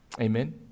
Amen